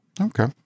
Okay